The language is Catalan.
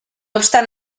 obstant